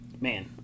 Man